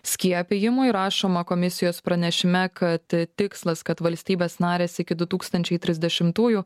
skiepijimui rašoma komisijos pranešime kad tikslas kad valstybės narės iki du tūkstančiai trisdešimtųjų